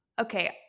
okay